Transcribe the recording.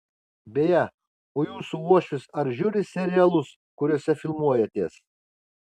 beje o jūsų uošvis ar žiūri serialus kuriose filmuojatės